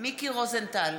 מיקי רוזנטל,